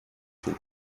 viel